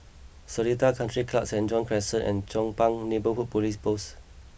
Seletar Country Club Saint John's Crescent and Chong Pang Neighbourhood Police Post